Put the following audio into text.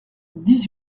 dix